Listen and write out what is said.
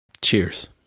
Cheers